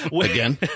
Again